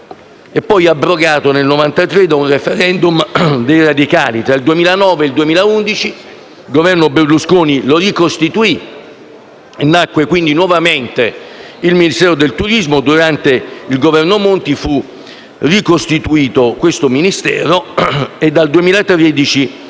poi abrogato nel 1993 dopo un *referendum* dei radicali. Tra il 2009 e il 2011 il Governo Berlusconi lo ricostituì e nacque nuovamente il Ministero del turismo. Durante il Governo Monti questo Ministero fu ricostituito e dal 2013